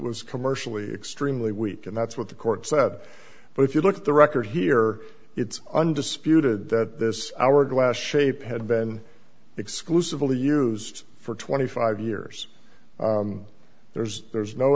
was commercially extremely weak and that's what the court said but if you look at the record here it's undisputed that this hourglass shape had been exclusively used for twenty five years there's there's no